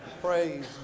Praise